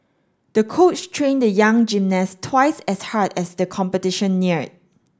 the coach trained the young gymnast twice as hard as the competition neared